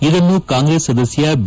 ಇದನ್ನು ಕಾಂಗ್ರೆಸ್ ಸದಸ್ಯ ಬಿ